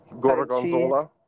Gorgonzola